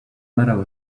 matter